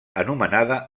anomenada